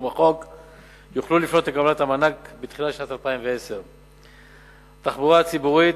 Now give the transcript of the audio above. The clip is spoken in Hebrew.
בחוק יוכלו לפנות לקבלת המענק בתחילת שנת 2010. תחבורה ציבורית,